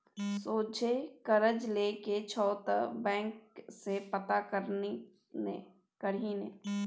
सोझे करज लए के छौ त बैंक सँ पता करही ने